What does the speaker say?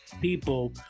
people